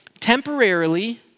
temporarily